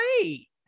great